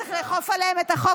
שצריך לאכוף עליהם את החוק.